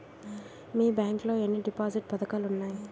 మీ bank లో ఎన్ని deposit పథకాలు ఉన్నాయి?